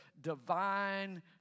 divine